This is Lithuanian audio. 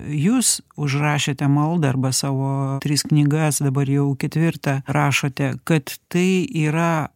jūs užrašėte maldą arba savo tris knygas dabar jau ketvirtą rašote kad tai yra